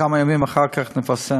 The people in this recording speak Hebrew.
כמה ימים אחר כך נפרסם.